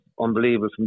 unbelievable